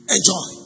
Enjoy